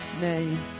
name